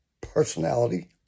personality